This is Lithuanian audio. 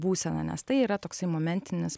būseną nes tai yra toksai momentinis